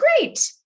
great